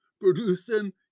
producing